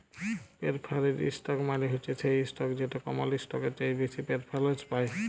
perforated ইসটক মালে হছে সেই ইসটক যেট কমল ইসটকের চাঁঁয়ে বেশি পেরফারেলস পায়